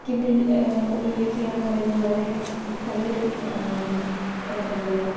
Kindle ഉപയോഗിക്കുക എന്ന് പറയുന്നത് വളരെ നല്ലൊരു എന്താണ് പറയുക